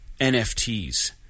NFTs